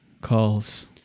calls